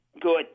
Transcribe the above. Good